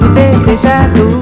desejado